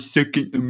Second